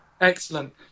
Excellent